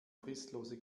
fristlose